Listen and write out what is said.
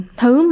thứ